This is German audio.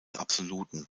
absoluten